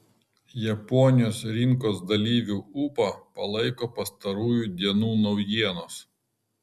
japonijos rinkos dalyvių ūpą palaiko pastarųjų dienų naujienos